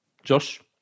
Josh